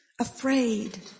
afraid